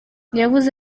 yavuze